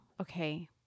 okay